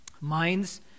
minds